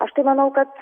aš tai manau kad